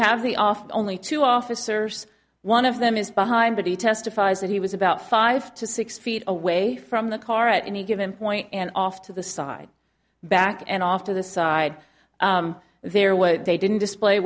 office only two officers one of them is behind but he testifies that he was about five to six feet away from the car at any given point and off to the side back and off to the side there was they didn't display